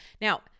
Now